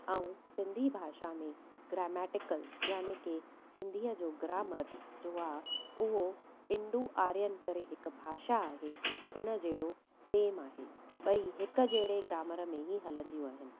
ऐं सिंधी भाषा में ग्रामैटिकल यानि की सिंधीअ जो ग्रामर जो आहे उहो इंडू आर्यन करे हिकु भाषा आहे हुन जहिड़ो सेम आहे ॿई हिकु जहिड़े ग्रामर में ई हलंदियूं आहिनि